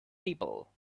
people